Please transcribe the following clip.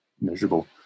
miserable